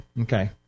Okay